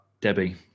Debbie